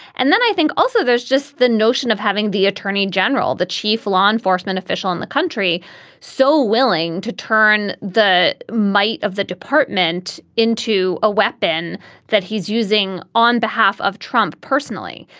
and then i think also there's just the notion of having the attorney general, the chief law enforcement official in the country so willing to turn the might of the department into a weapon that he's using on behalf of trump personally.